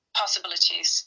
possibilities